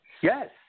yes